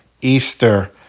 Easter